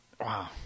Wow